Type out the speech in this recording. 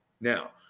Now